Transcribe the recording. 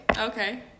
Okay